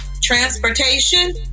Transportation